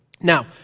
Now